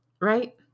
right